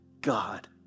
God